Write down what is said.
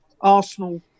Arsenal